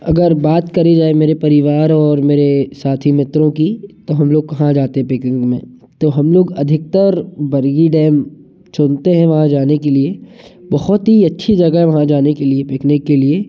अगर बात करी जाए मेरे परिवार और मेरे साथी मित्रों की तो हम लोग कहाँ जाते पिकनिक में तो हम लोग अधिकतर बरगी डैम चुनते हैं वहाँ जाने के लिए बहुत ही अच्छी जगह है वहाँ जाने के लिए पिकनिक के लिए